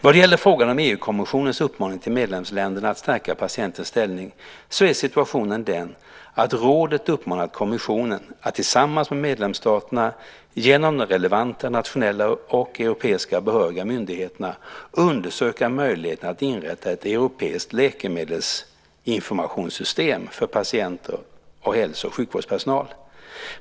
Vad gäller frågan om EU-kommissionens uppmaning till medlemsländerna att stärka patientens ställning så är situationen den att rådet uppmanat kommissionen att tillsammans med medlemsstaterna genom de relevanta nationella och europeiska behöriga myndigheterna undersöka möjligheten att inrätta ett europeiskt läkemedelsinformationssystem för patienter och hälso och sjukvårdspersonal.